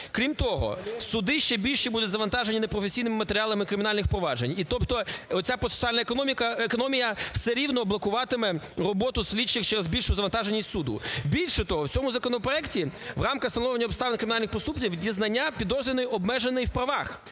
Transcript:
Крім того, суди ще більше будуть завантажені непрофесійними матеріалами кримінальних проваджень. І тобто оця процесуальна економія все рівно блокуватиме роботу слідчих через більшу завантаженість суду. Більше того, в цьому законопроекті, в рамках встановлення обставин кримінальних проступків, дізнання підозрюваний обмежений в правах.